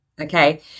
Okay